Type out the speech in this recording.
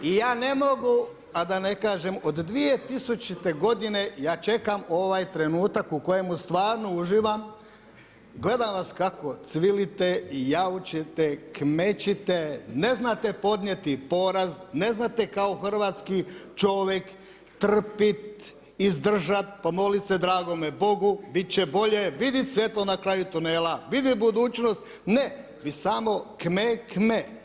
I ja ne mogu a da ne kažem, od 2000. godine ja čekam ovaj trenutak u kojemu stvarno uživam, gledam vas kako cvilite i jaučete, kmečite, ne znate podnijeti poraz, ne znate kao hrvatski čovjek trpiti, izdržat, pomoliti se dragom Bogu, bit će bolje, vidjeti svjetlo na kraju tunela, vidjeti budućnost, ne vi samo kme, kme.